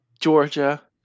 Georgia